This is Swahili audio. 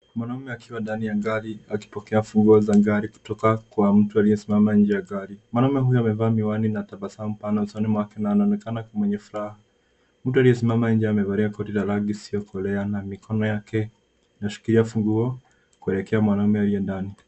Mwanaume akiwa ndani ya gari akipokea funguo za gari kutoka kwa mtu aliyesimama nje ya gari. Mwanaume huyo amevaa miwani na tabasamu pana usoni mwake na anaonekana kuwa mwenye furaha. Mtu aliyesimama nje amevalia koti la rangi isiyokolea na mikono yake inashikilia funguo kuelekea mwanaume aliye ndani.